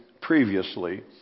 previously